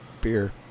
beer